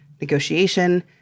negotiation